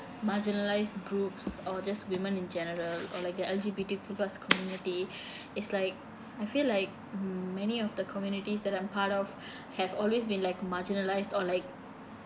marginalised groups or just women in general or like the L_G_B_T group as community it's like I feel like mm many of the communities that I'm part of have always been like marginalised or like